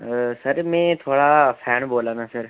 sir में थुआढ़ा fan बोल्लै ना सर